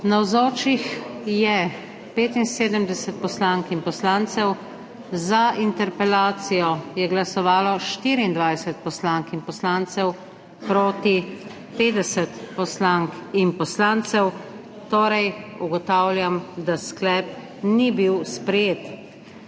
Navzočih je 75 poslank in poslancev, za interpelacijo je glasovalo 24 poslank in poslancev, proti 50. (Za je glasovalo 24.) (Proti 50.) Ugotavljam, da sklep ni bil sprejet.